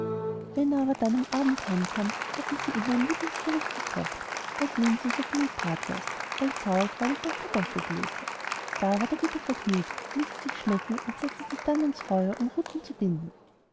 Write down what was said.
wenn er aber dann am abend heim kam hatten sie ihm immer ein lieblingsgericht gekocht bald linsensuppe mit bratwurst bald sauerkraut und bald kartoffelklöße da ward er wieder vergnügt ließ es sich schmecken und setzte sich dann ans feuer um ruten zu binden